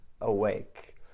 awake